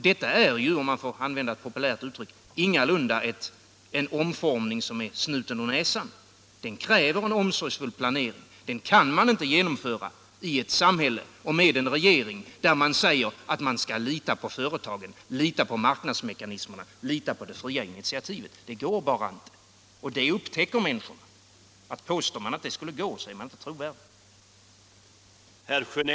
Detta är ju, om jag får använda ett populärt uttryck, ingalunda en omformning som är snuten ur näsan. Den kräver en omsorgsfull planering. Den kan man inte genomföra i ett samhälle och med en regering som säger att man skall lita på företagen, lita på marknadsmekanismerna, lita på det fria initiativet. Det går bara inte. Det upptäcker människorna. Om man påstår att det skulle gå är man inte trovärdig.